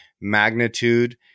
magnitude